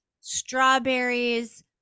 strawberries